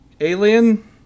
alien